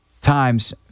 times